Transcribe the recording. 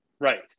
right